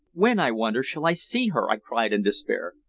when, i wonder, shall i see her? i cried in despair.